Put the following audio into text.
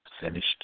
finished